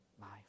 life